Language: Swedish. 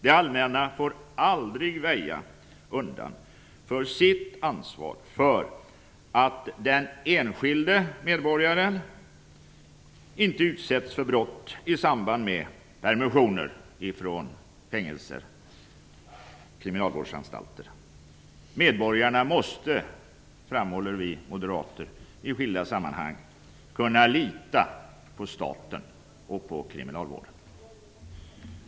Det allmänna får aldrig väja undan för sitt ansvar för att se till att den enskilde medborgaren inte utsätts för brott i samband med permissioner från kriminalvårdsanstalter. Medborgarna måste, framhåller vi moderater i skilda sammanhang, kunna lita på staten och på kriminalvården.